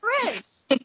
Prince